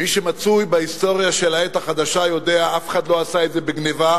מי שמצוי בהיסטוריה של העת החדשה יודע: אף אחד לא עשה את זה בגנבה,